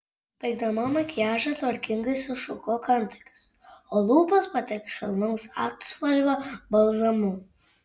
baigdama makiažą tvarkingai sušukuok antakius o lūpas patepk švelnaus atspalvio balzamu